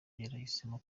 yarahisemo